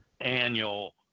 annual